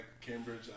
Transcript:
Cambridge